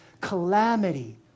calamity